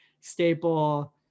Staple